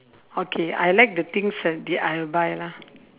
okay I like the things I I'll buy lah